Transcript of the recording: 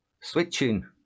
switching